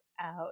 out